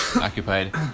occupied